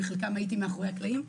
בחלקן הייתי מאחורי הקלעים,